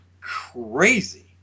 crazy